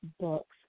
books